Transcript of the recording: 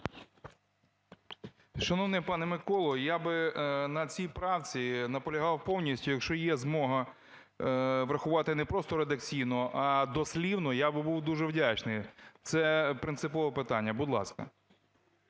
Шановний пане Миколо, я би на цій правці наполягав повністю. Якщо є змога врахувати не просто редакційно, а дослівно, я би був дуже вдячний. Це принципове питання. Будь ласка.